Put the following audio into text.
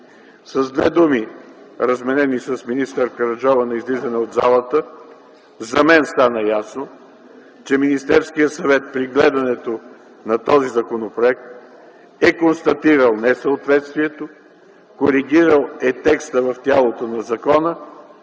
С две думи, разменени с министър Караджова на излизане от залата, за мен стана ясно, че Министерският съвет при разглеждането на този законопроект е констатирал несъответствието, коригирал е текста в тялото на закона,